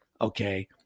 Okay